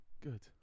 Good